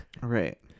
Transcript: Right